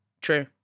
True